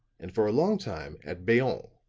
and for a long time at bayonne.